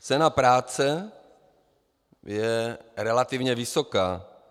Cena práce je relativně vysoká.